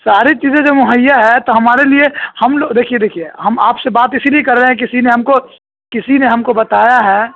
ساری چیزیں جو مہیا ہے تو ہمارے لیے ہم لوگ دیکھیے دیکھیے ہم آپ سے بات اسی لیے کر رہے ہیں کسی نے ہم کو کسی نے ہم کو بتایا ہے